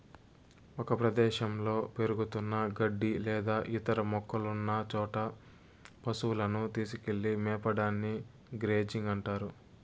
ఒక ప్రదేశంలో పెరుగుతున్న గడ్డి లేదా ఇతర మొక్కలున్న చోట పసువులను తీసుకెళ్ళి మేపడాన్ని గ్రేజింగ్ అంటారు